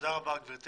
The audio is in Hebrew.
תודה רבה גבירתי